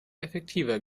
effektiver